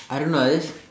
I don't know I just